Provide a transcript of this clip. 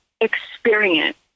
experience